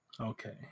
Okay